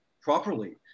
properly